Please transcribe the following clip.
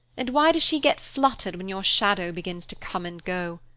and why does she get fluttered when your shadow begins to come and go?